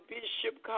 Bishop